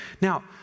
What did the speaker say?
Now